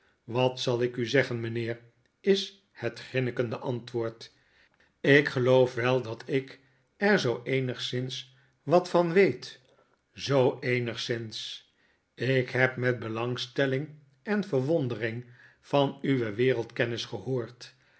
wat zal ik u zeggen mijnheer is het grinnikende antwoord lk geloof wel dat ik er zoo eenigszins wat van weet zoo eenigszins lk heb met belangstelling en verwonderirig van uwe wereldkennis gehoord